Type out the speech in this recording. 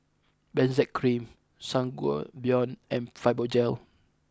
Benzac Cream Sangobion and Fibogel